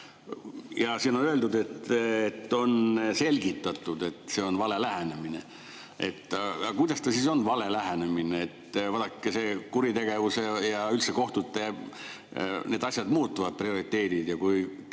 Siin on öeldud, et on selgitatud, et see on vale lähenemine. Aga kuidas see siis on vale lähenemine? Vaadake, kuritegevuse ja üldse kohtute asjade puhul prioriteedid